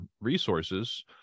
resources